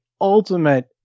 ultimate